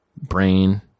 brain